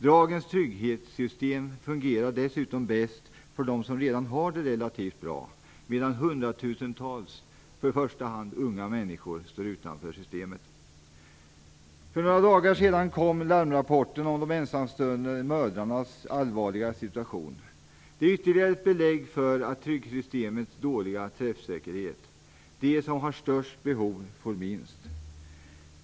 Dagens trygghetssystem fungerar dessutom bäst för dem som redan har det relativt bra, medan hundratusentals, i första hand unga människor, står utanför systemet. För några dagar sedan kom larmrapporten om de ensamstående mödrarnas allvarliga situation. Det är ytterligare ett belägg för trygghetssystemets dåliga träffsäkerhet. De som har störst behov får minst.